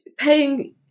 Paying